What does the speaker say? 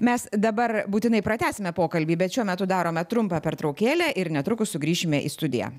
mes dabar būtinai pratęsime pokalbį bet šiuo metu darome trumpą pertraukėlę ir netrukus sugrįšime į studiją